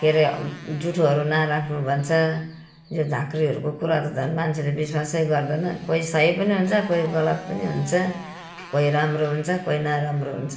के अरे जुठोहरू नराख्नु भन्छ यो झाँक्रीहरूको कुरा त झन् मान्छेले विश्वासै गर्दैन कोही सही पनि हुन्छ कोही गलत पनि हुन्छ कोही राम्रो हुन्छ कोही नराम्रो हुन्छ